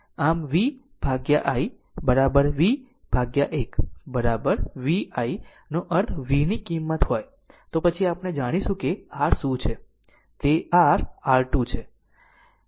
આમ V i V 1 Vi નો અર્થ v ની કિંમત હોય તો પછી આપણે જાણીશું કે r શું છે તે r R2 શું છે